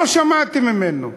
לא שמעתי ממנו.